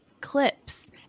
clips